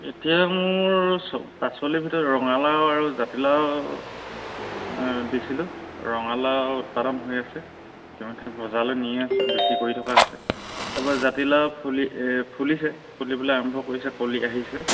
এতিয়া মোৰ চ পাচলিৰ ভিতৰত ৰঙালাও আৰু জাতিলাও দিছিলো ৰঙালাও উৎপাদন হৈ আছে ইতিমধ্যে বজাৰলৈ নি আছো বিক্ৰী কৰি থকা হৈছে তাৰপা জাতিলাও ফুলি ফুলিছে ফুলি পেলাই আৰম্ভ কৰিছে কলি আহিছে